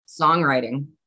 songwriting